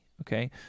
okay